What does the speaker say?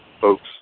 folks